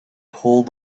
pulled